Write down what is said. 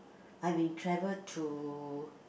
I've been travel to